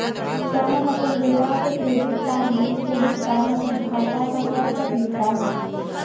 का हम अपन बेटवा के क्रेडिट कार्ड बिल के भुगतान अपन खाता स कर सकली का हे?